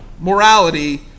morality